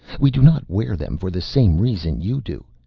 we do not wear them for the same reason you do.